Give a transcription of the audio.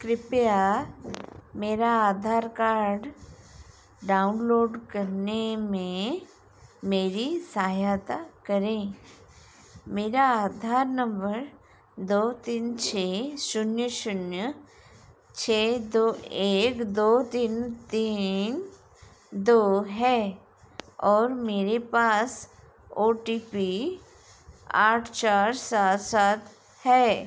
कृप्या मेरा Aadhaar card download करने में मेरी सहायता करें मेरा आधार नम्बर दो तीन छः शून्य शून्य छः दो एक दो तीन तीन दो है और मेरे पास ओ टी पी आठ चार सात सात है